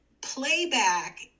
playback